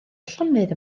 llonydd